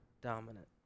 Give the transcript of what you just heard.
dominant